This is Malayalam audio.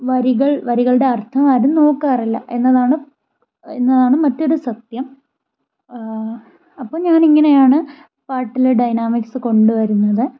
വരികൾ വരികളുടെ അർത്ഥം ആരും നോക്കാറില്ല എന്നതാണ് എന്നതാണ് മറ്റൊരു സത്യം അപ്പോൾ ഞാൻ ഇങ്ങനെയാണ് പാട്ടിൽ ഡൈനാമിക്സ് കൊണ്ട് വരുന്നത്